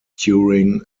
during